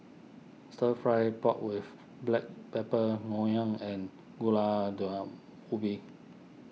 Stir Fried Pork with Black Pepper Ngoh Hiang and Gulai Daun Ubi